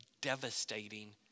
devastating